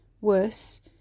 Worse